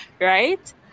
right